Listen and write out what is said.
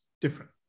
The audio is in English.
different